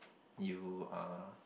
you are